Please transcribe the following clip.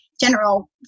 general